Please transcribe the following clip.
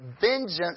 vengeance